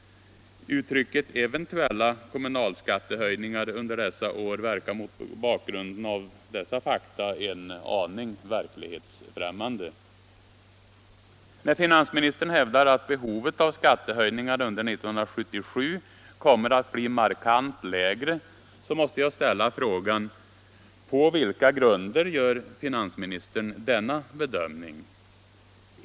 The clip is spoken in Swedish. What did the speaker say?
Uttrycket ”eventuella kommunalskattehöjningar under dessa år” verkar mot bakgrunden av dessa fakta en aning verklighetsfrämmande. När finansministern hävdar att behovet av skattehöjningar under 1977 kommer att bli markant lägre, så måste jag ställa frågan: På vilka grunder gör finansministern denna bedömning?